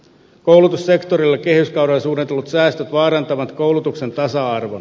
koulutussektorille kehyskaudella suunnitellut säästöt vaarantavat koulutuksen tasa arvon